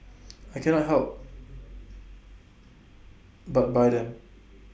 I cannot help but buy them